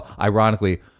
Ironically